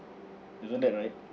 you know that right